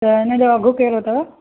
त हिनजो अघु कहिड़ो अथव